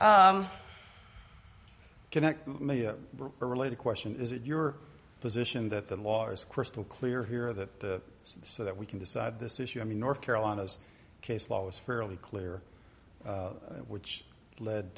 that connect me a related question is it your position that the law is crystal clear here that so that we can decide this issue i mean north carolina's case law was fairly clear which led